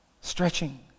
Stretching